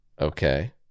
Okay